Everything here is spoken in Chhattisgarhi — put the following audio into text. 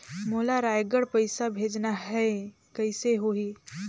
मोला रायगढ़ पइसा भेजना हैं, कइसे होही?